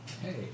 Hey